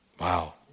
Wow